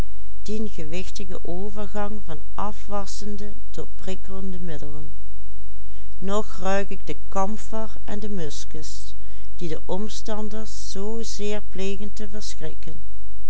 nog ruik ik de kamfer en de muscus die de omstanders zoo zeer plegen te verschrikken